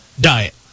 diet